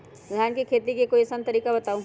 धान के खेती के कोई आसान तरिका बताउ?